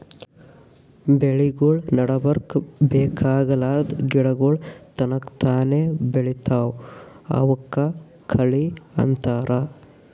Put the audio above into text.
ಬೆಳಿಗೊಳ್ ನಡಬರ್ಕ್ ಬೇಕಾಗಲಾರ್ದ್ ಗಿಡಗೋಳ್ ತನಕ್ತಾನೇ ಬೆಳಿತಾವ್ ಅವಕ್ಕ ಕಳಿ ಅಂತಾರ